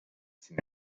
sin